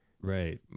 Right